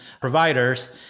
providers